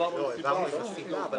העברנו עם הסיבה.